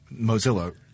Mozilla